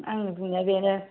आंनि बुंनाया बेनो